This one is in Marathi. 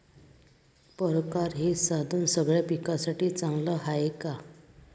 परकारं हे साधन सगळ्या पिकासाठी चांगलं हाये का?